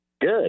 Good